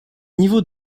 niveaux